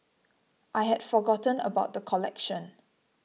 I had forgotten about the collection